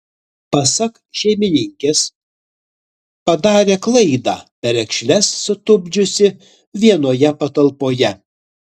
pasak šeimininkės padarė klaidą perekšles sutupdžiusi vienoje patalpoje